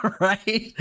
right